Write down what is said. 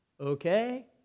Okay